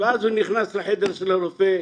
ואז הוא נכנס לחדר של הרופא,